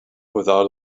without